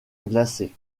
glacée